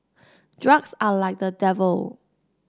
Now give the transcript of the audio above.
drugs are like the devil